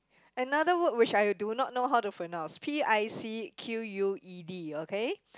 another word which I do not know how to pronounce P I C Q U E D okay